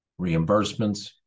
Reimbursements